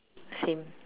same